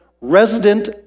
resident